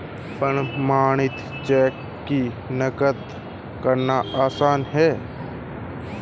प्रमाणित चेक की नक़ल करना आसान है